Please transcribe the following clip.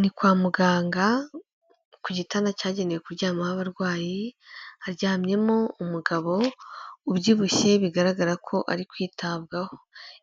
Ni kwa muganga ku gitanda cyagenewe kuryamaho abarwayi haryamyemo umugabo ubyibushye bigaragara ko ari kwitabwaho,